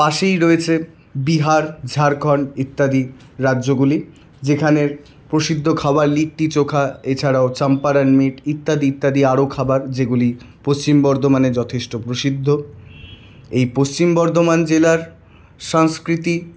পাশেই রয়েছে বিহার ঝাড়খণ্ড ইত্যাদি রাজ্যগুলি যেখানের প্রসিদ্ধ খাবার লিট্টি চোখা এছাড়াও চম্পারণ মিট ইত্যাদি ইত্যাদি আরও খাবার যেগুলি পশ্চিম বর্ধমানে যথেষ্ট প্রসিদ্ধ এই পশ্চিম বর্ধমান জেলার সাংস্কৃতিক